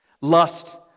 lust